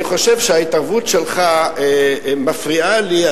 אני חושב שההתערבות שלך מפריעה לי.